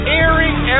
airing